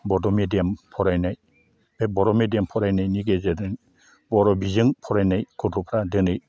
बड' मेडियाम फरायनाय बे बर' मेडियाम फरायनायनि गेजेरजों बर' बिजों फरायनाय गथ'फ्रा दिनै